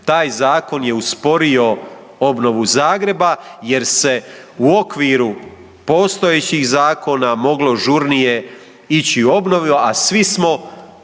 taj zakon je usporio obnovu Zagreba jer se u okviru postojećih zakona moglo žurnije ići u obnovu, a svi smo zapravo